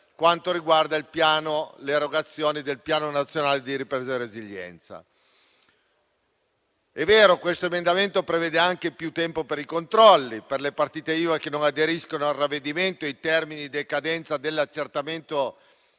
di ripresa e resilienza. È vero: questo emendamento prevede anche più tempo per i controlli per le partite IVA che non aderiscono al ravvedimento nei termini di decadenza dell'accertamento